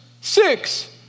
six